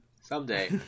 Someday